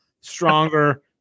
stronger